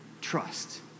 trust